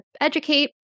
educate